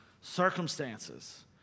circumstances